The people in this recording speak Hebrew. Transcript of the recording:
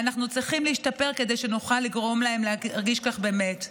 ואנחנו צריכים להשתפר כדי שנוכל לגרום להם להרגיש כך באמת.